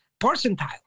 percentile